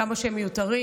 כמה שהם מיותרים.